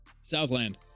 Southland